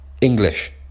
English